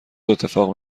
اتفاق